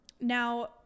Now